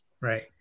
right